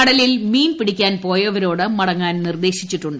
കടലിൽ മീൻപിടിക്കാൻ പോയവരോട് മടങ്ങാൻ നിർദ്ദേശിച്ചിട്ടുണ്ട്